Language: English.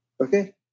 Okay